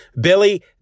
Billy